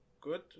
good